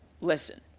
Listen